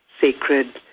sacred